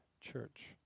church